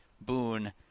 boon